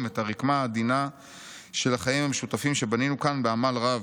את הרקמה עדינה של החיים המשותפים שבנינו כאן בעמל רב.